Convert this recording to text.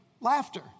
laughter